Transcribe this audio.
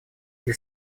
для